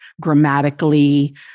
grammatically